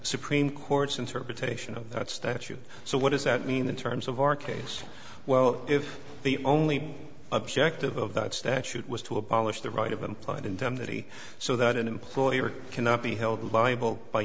supreme court's interpretation of that statute so what does that mean in terms of our case well if the only objective of that statute was to abolish the right of employment in time that he so that an employer cannot be held liable b